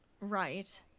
Right